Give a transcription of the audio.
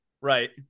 Right